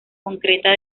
concreta